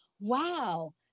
wow